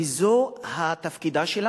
וזה תפקידה של המדינה.